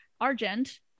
Argent